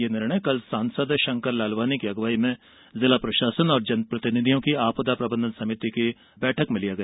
ये निर्णय कल सांसद षंकर लालवानी की अगुवाई में जिला प्रषासन और जनप्रतिनिधियों की उपस्थिति में आपदा प्रबंधन समिति की बैठक में लिया गया